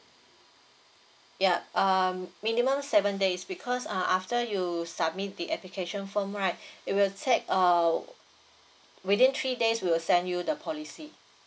yup um minimum seven days because uh after you submit the application form right it will take err within three days we'll send you the policy